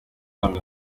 bamwe